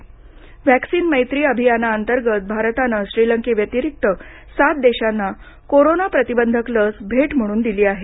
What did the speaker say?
vaccine Maitri अभियानाअंतर्गत भारतानं श्रीलंकेव्यतिरिक्त सात देशांना कोरोना प्रतिबंधक लस भेट म्हणून दिली आहे